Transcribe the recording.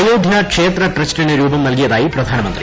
അയോദ്ധ്യ ക്ഷേത്രി പ്രസ്റ്റിന് രൂപം നല്കിയതായി പ്രധാനമന്ത്രി